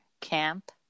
camp